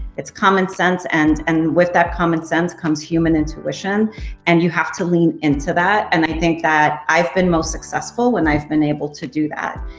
it's common sense and and with that common sense comes human intuition and you have to lean into that. and i think that i've been most successful when i've been able to do that.